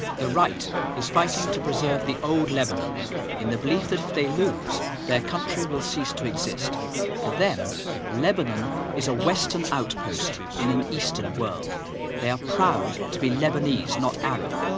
the right is fighting to preserve the old lebanon in the belief that if they lose their country will cease to exist for them lebanon is a western outpost in an eastern world they are proud to be lebanese not arab,